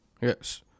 Yes